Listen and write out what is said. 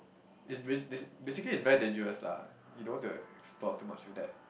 it's very this basically is very dangerous lah you don't want to explore too much with that